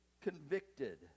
convicted